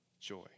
joy